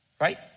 Right